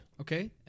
Okay